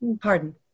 Pardon